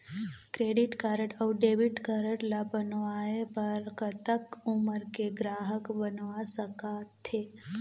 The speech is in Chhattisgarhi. क्रेडिट कारड अऊ डेबिट कारड ला बनवाए बर कतक उमर के ग्राहक बनवा सका थे?